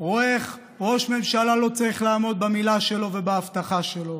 רואה איך ראש ממשלה לא צריך לעמוד במילה שלו ובהבטחה שלו,